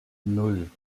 nan